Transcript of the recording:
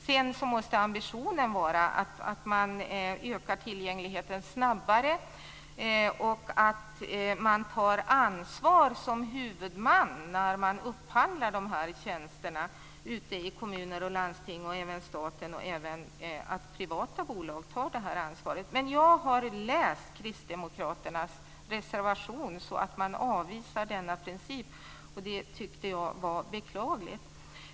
Sedan måste ambitionen vara att man ökar tillgängligheten snabbare och att man som huvudman tar ansvar när man upphandlar de här tjänsterna ute i kommuner och landsting, och det gäller även staten och privata bolag. Jag har läst Kristdemokraternas reservation så att man avvisar denna princip. Det tyckte jag var beklagligt.